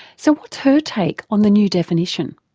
so what's her take on the new definition?